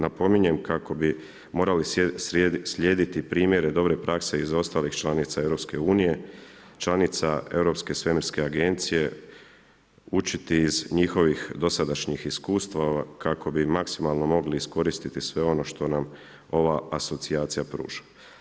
Napominjem kako bi morali slijediti primjere dobre prakse iz ostalih članica EU-a, članica Europske svemirske agencije, učiti iz njihovih dosadašnjih iskustava kako bi maksimalno mogli iskoristiti sve ono što nam ova asocijacija pruža.